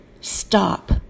stop